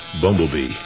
Bumblebee